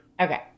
Okay